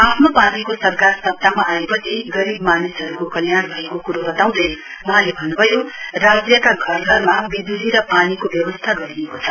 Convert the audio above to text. आफ्नो पार्टीको सरकार सत्तमा आएपछि गरीब मानिसहरुको कल्याण भएको कुरो वताउँदै वहाँले भन्नुभयो राज्यका घर घरमा विजुली र पानीको व्यवस्था गरिएको छ